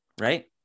right